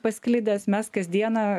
pasklidęs mes kas dieną